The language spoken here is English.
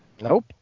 Nope